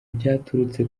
byaturutse